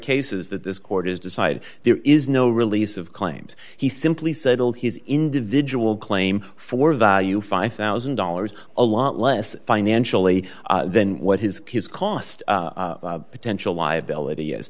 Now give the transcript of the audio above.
cases that this court has decided there is no release of claims he simply said all his individual claim for value five thousand dollars a lot less financially than what his kids cost potential liability is